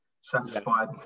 satisfied